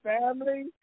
family